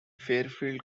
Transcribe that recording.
fairfield